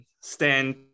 stand